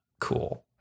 cool